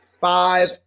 five